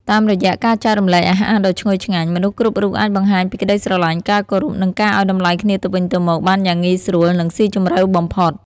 តាមរយៈការចែករំលែកអាហារដ៏ឈ្ងុយឆ្ងាញ់ មនុស្សគ្រប់រូបអាចបង្ហាញពីក្តីស្រឡាញ់ ការគោរព និងការឲ្យតម្លៃគ្នាទៅវិញទៅមកបានយ៉ាងងាយស្រួលនិងស៊ីជម្រៅបំផុត។